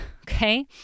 okay